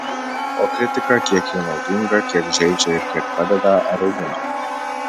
o kritika kiek ji naudinga kiek žeidžia ir kiek padeda ar augina